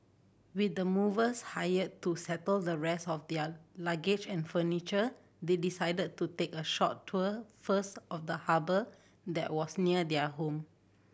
with the movers hired to settle the rest of their luggage and furniture they decided to take a short tour first of the harbour that was near their home